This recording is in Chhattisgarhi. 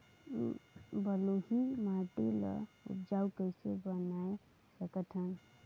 बलुही माटी ल उपजाऊ कइसे बनाय सकत हन?